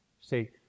Say